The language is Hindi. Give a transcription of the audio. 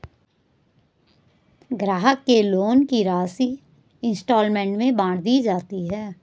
ग्राहक के लोन की राशि इंस्टॉल्मेंट में बाँट दी जाती है